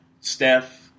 Steph